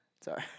sorry